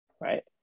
right